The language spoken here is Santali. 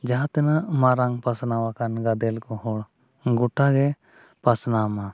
ᱡᱟᱦᱟᱸ ᱛᱤᱱᱟᱹᱜ ᱢᱟᱨᱟᱝ ᱯᱟᱥᱱᱟᱣ ᱟᱠᱟᱱ ᱜᱟᱫᱮᱞ ᱠᱚ ᱦᱚᱲ ᱜᱚᱴᱟ ᱜᱮ ᱯᱟᱥᱱᱟᱣ ᱢᱟ